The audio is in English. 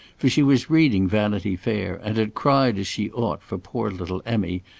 for she was reading vanity fair, and had cried as she ought for poor little emmy,